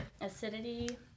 acidity